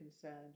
concerned